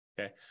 Okay